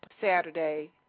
Saturday